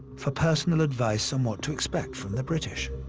for personal advice on what to expect from the british.